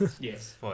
Yes